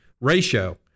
ratio